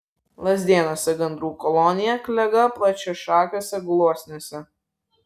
lazdėnuose gandrų kolonija klega plačiašakiuose gluosniuose